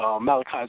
Malachi